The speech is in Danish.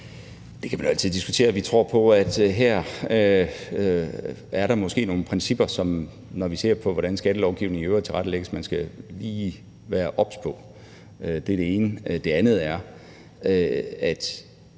Det kan man jo altid diskutere. Vi tror på, at der måske her er nogle principper, som man, når vi ser på, hvordan skattelovgivningen i øvrigt tilrettelægges, lige skal være obs på. Det er det ene. Det andet er: